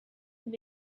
have